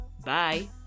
Bye